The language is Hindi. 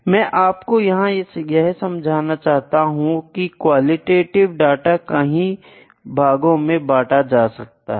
मैं आपको यहां यह समझाना चाहता हूं की क्वालिटेटिव डाटा कहीं भाग में बांटा जा सकता है